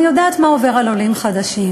אני יודעת מה עובר על עולים חדשים.